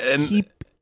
keep